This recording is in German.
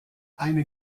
eine